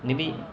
maybe